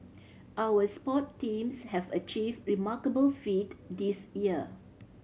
our sport teams have achieved remarkable feat this year